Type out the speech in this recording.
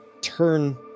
turn